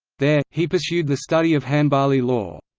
there, he pursued the study of hanbali law.